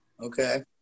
Okay